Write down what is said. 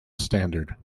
standard